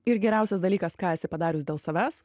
ir geriausias dalykas ką esi padarius dėl savęs